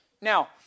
Now